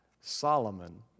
Solomon